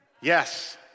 Yes